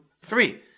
Three